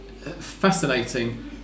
fascinating